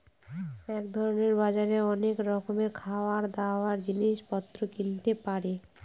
এক ধরনের বাজারে অনেক রকমের খাবার, দাবার, জিনিস পত্র কিনতে পারে